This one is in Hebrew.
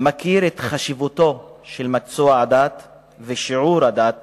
מכיר את חשיבותו של מקצוע הדת ושיעור הדת